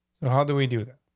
and how do we do that?